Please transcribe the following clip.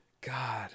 God